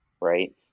Right